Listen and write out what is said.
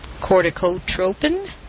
corticotropin